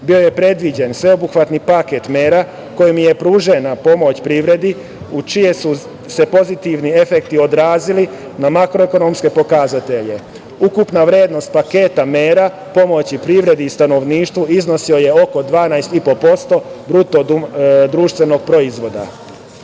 je predviđen sveobuhvatni paket mera kojim je pružena pomoć privredi čiji su se pozitivni efekti odrazili na makroekonomske pokazatelje. Ukupna vrednost paketa mera, pomoć privredi i stanovništvu iznosila je oko 12,5% BDP. Odgovorno